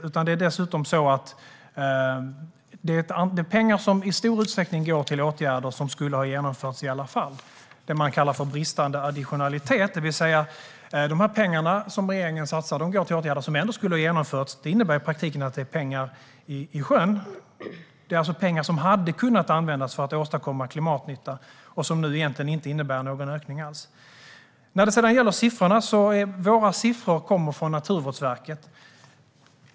Pengar går också i stor utsträckning till åtgärder som skulle ha vidtagits i alla fall. Det kallas för bristande additionalitet, det vill säga att pengarna som regeringen satsar går till åtgärder som ändå skulle ha vidtagits. Det innebär i praktiken att det är pengar i sjön. Det är alltså pengar som hade kunnat användas för att åstadkomma klimatnytta och som nu egentligen inte innebär någon ökning alls. Våra siffror kommer från Naturvårdsverket.